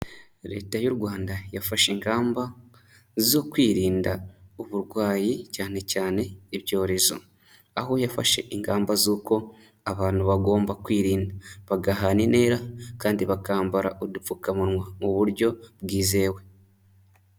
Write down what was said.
Leta y'u Rwanda yafashe ingamba zo kwirinda uburwayi cyane cyane ibyorezo, aho yafashe ingamba z'uko abantu bagomba kwirinda bagahana intera kandi bakambara udupfukamunwa mu buryo bwizewe.